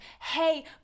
hey